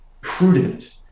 prudent